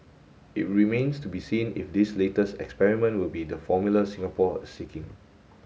it remains to be seen if this latest experiment will be the formula Singapore is sitting